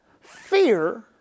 fear